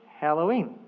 Halloween